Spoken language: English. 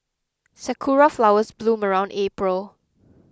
sakura flowers bloom around April